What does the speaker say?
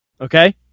Okay